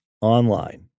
online